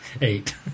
eight